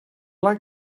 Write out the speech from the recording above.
like